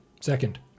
Second